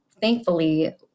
thankfully